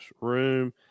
room